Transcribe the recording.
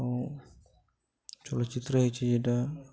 ଆଉ ଚଳଚ୍ଚିତ୍ର ହେଇଛି ଯେଇଟା